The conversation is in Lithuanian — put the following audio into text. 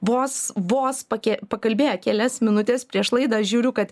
vos vos paki pakalbėję kelias minutes prieš laidą žiūriu kad